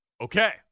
Okay